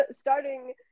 starting